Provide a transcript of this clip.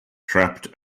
trapped